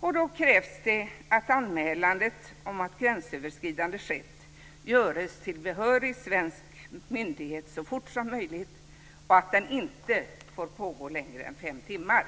och då krävs det att anmälan om att gränsöverskridande skett görs till behörig svensk myndighet så fort som möjligt och att den inte får pågå längre än fem timmar.